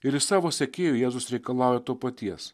ir iš savo sekėjų jėzus reikalauja to paties